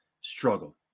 struggle